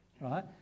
right